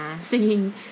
Singing